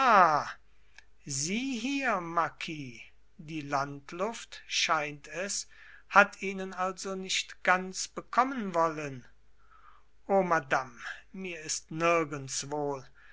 sie hier marquis die landluft scheint es hat ihnen also nicht ganz bekommen wollen o madame mir ist nirgends wohl